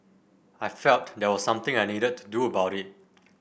I felt there was something I needed to do about it